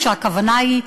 הכוונה היא,